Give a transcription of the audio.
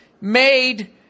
made